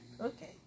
Okay